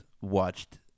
watched